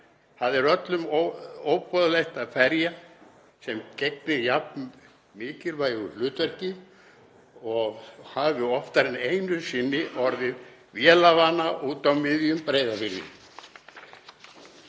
Það er öllum óboðlegt að ferja sem gegnir jafn mikilvægu hlutverki hafi oftar en einu sinni orðið vélarvana úti á miðjum Breiðafirði.